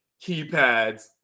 keypads